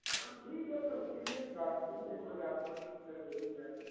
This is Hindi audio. हाँ ठीक है तो इसके लिए भी गारन्टी के लिए कोई डाकुमेन्ट्स जो है दे दिए जाएँगे